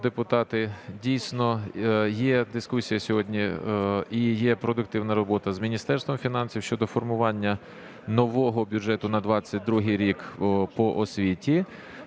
Дійсно, є дискусія сьогодні і є продуктивна робота з Міністерством фінансів щодо формування нового бюджету на 22-й рік по освіті.